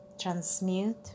transmute